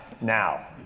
Now